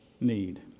need